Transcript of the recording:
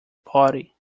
party